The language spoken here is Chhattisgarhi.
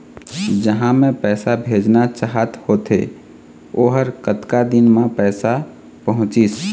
जहां मैं पैसा भेजना चाहत होथे ओहर कतका दिन मा पैसा पहुंचिस?